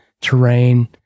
terrain